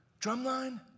Drumline